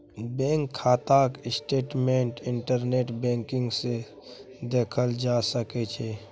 bank खाताक statement internet banking सँ देखल जा सकै छै